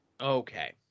Okay